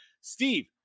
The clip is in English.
Steve